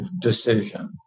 decision